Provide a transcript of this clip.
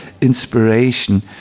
inspiration